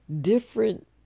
different